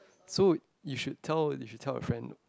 so you should tell you should tell a friend